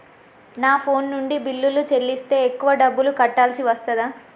నా ఫోన్ నుండి బిల్లులు చెల్లిస్తే ఎక్కువ డబ్బులు కట్టాల్సి వస్తదా?